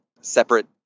separate